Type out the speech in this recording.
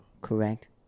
Correct